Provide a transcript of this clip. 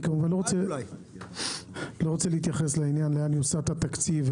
אני לא רוצה להתייחס לאן יוסט התקציב,